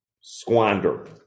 squander